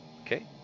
Okay